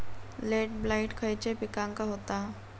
Late blight खयले पिकांका होता?